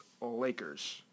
Lakers